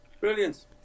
Brilliant